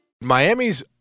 Miami's